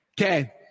Okay